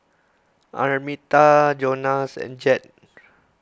Arminta Jonas and Jett